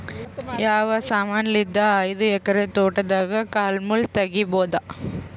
ಯಾವ ಸಮಾನಲಿದ್ದ ಐದು ಎಕರ ತೋಟದಾಗ ಕಲ್ ಮುಳ್ ತಗಿಬೊದ?